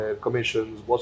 commissions